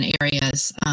areas